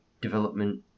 development